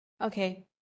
okay